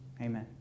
Amen